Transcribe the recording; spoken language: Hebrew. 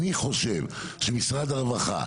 אני חושב שמשרד הרווחה,